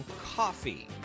coffee